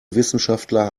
wissenschaftler